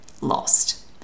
lost